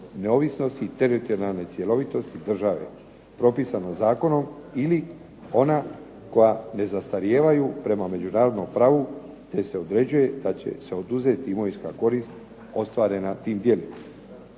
neovisnosti i teritorijalne cjelovitosti države propisano zakonom ili ona koja ne zastarijevaju prema međunarodnom pravu, te se određuje da će se oduzeti imovinska korist ostvarena tim djelima.